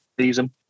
season